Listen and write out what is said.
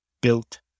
built